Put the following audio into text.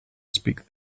speak